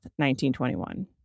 1921